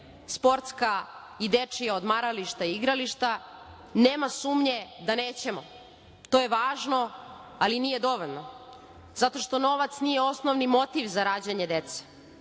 sportska i dečija odmarališta i igrališta. Nema sumnje da nećemo, to je važno, ali nije dovoljno, zato što novac nije osnovi motiv za rađanje dece.